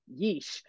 yeesh